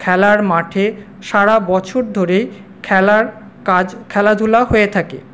খেলার মাঠে সারা বছর ধরে খেলার কাজ খেলাধূলা হয়ে থাকে